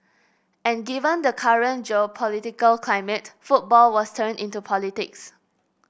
and given the current geopolitical climate football was turned into politics